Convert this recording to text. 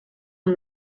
amb